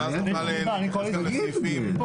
ואז נוכל להצביע על סעיפים ד',